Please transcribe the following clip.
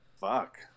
Fuck